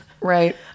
Right